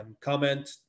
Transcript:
comment